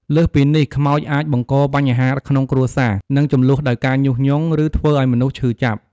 លើសពីនេះ ខ្មោចអាចបង្កបញ្ហាក្នុងគ្រួសារ និងជម្លោះដោយការញុះញង់ ឬធ្វើឱ្យមនុស្សឈឺចាប់។